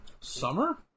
Summer